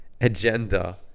agenda